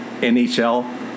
NHL